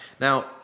Now